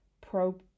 pro-